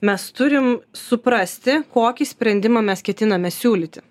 mes turim suprasti kokį sprendimą mes ketiname siūlyti